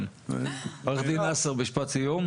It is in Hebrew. כן, עו"ד נאצר, משפט סיום?